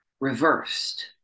reversed